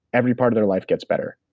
every part of their life gets better.